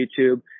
youtube